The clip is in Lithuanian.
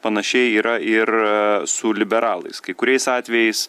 panašiai yra ir su liberalais kai kuriais atvejais